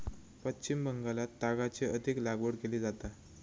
पश्चिम बंगालात तागाची अधिक लागवड केली जाता